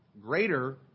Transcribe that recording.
greater